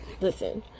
listen